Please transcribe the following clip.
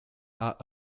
are